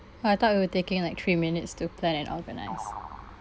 oh I thought we were taking like three minutes to plan and organise